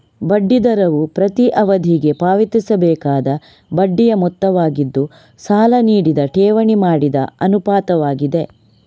ಬಡ್ಡಿ ದರವು ಪ್ರತಿ ಅವಧಿಗೆ ಪಾವತಿಸಬೇಕಾದ ಬಡ್ಡಿಯ ಮೊತ್ತವಾಗಿದ್ದು, ಸಾಲ ನೀಡಿದ ಠೇವಣಿ ಮಾಡಿದ ಅನುಪಾತವಾಗಿದೆ